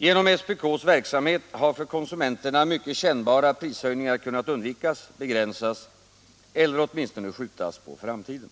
Genom SPK:s verksamhet har för konsumenterna mycket kännbara prishöjningar kunnat undvikas, begränsas eller åtminstone skjutas på framtiden.